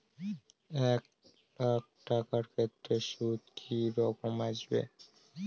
এক লাখ টাকার ক্ষেত্রে সুদ কি রকম আসবে?